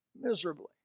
miserably